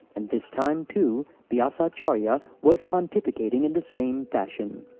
and this time, too, vyasacharya was pontificating in the same fashion.